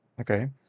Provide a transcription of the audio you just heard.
Okay